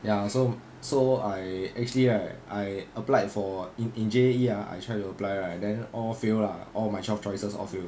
ya so so I actually right I applied for in in J_A_E ah I tried to apply right then all fail lah all my twelve choices all fail